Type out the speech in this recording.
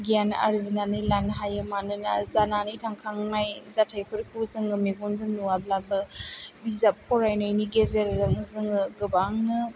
गियान आरजिनानै लानो हायो मानोना जानानै थांखांनाय जाथाइफोरखौ जोङो मेगनजों नुवाब्लाबो बिजाब फरायनायनि गेजेरजों जोङो गोबांनो